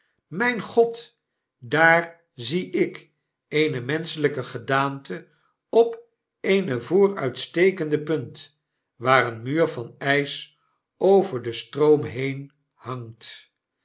mtjn god i daar zie ik eene menscheljjke gedaante op eene vooruitstekende punt waar een muur van ijs over den stroom heen hangt